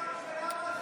השר של אמזון.